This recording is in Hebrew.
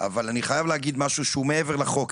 אני חייב לומר משהו שהוא מעבר לחוק,